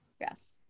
yes